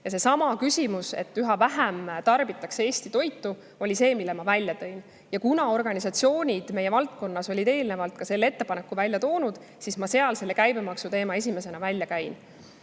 Seesama [mure], et üha vähem tarbitakse Eesti toitu, oli see, mille ma välja tõin. Ja kuna organisatsioonid meie valdkonnas on eelnevalt ka selle ettepaneku teinud, siis seal ma selle käibemaksu teema esimesena välja käin.